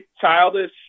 childish